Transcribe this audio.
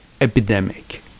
epidemic